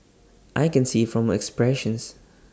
I can see from her expressions